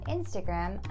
Instagram